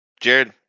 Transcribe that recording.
Jared